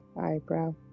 eyebrow